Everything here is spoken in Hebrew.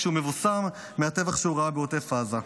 כשהוא מבוסם מהטבח שהוא ראה בעוטף עזה.